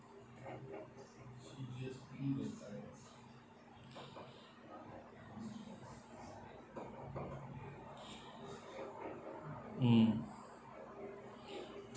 mm